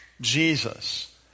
Jesus